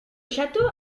château